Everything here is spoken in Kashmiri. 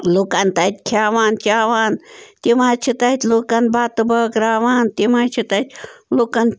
لُکَن تَتہِ کھیاوان چاوان تِم حظ چھِ تَتہِ لُکَن بَتہٕ بٲگٕراوان تِم حظ چھِ تَتہِ لُکَن